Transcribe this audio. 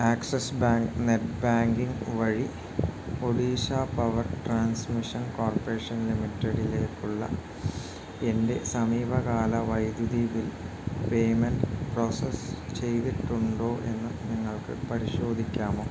access bank net banking വഴി Odisha power transmission corporation ലിമിറ്റഡിലേക്കുള്ള എൻ്റെ സമീപകാല വൈദ്യുതി ബിൽ പേയ്മെൻ്റ് പ്രോസസ്സ് ചെയ്തിട്ടുണ്ടോ എന്ന് നിങ്ങൾക്ക് പരിശോധിക്കാമോ